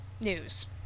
news